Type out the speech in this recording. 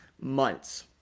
months